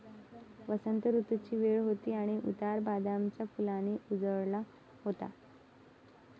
वसंत ऋतूची वेळ होती आणि उतार बदामाच्या फुलांनी उजळला होता